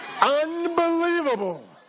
Unbelievable